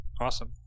awesome